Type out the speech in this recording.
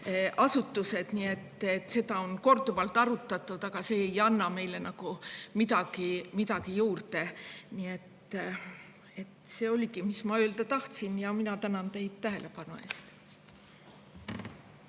asutused. Seda on korduvalt arutatud, aga see ei anna meile midagi juurde. See oligi, mis ma öelda tahtsin. Ma tänan teid tähelepanu eest.